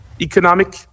economic